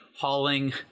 hauling